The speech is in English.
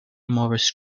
maurice